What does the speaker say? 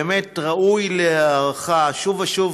באמת, זה ראוי להערכה, שוב ושוב